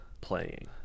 playing